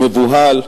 מבוהל.